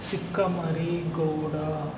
Chikkamari Gowda